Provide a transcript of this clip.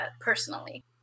personally